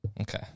Okay